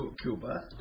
Cuba